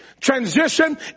transition